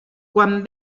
quan